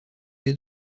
des